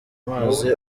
mazi